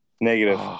Negative